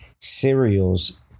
Cereals